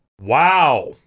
Wow